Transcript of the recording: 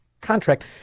contract